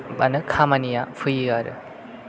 माने खामानिया फैयो आरो